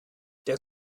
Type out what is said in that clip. der